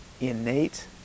innate